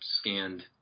scanned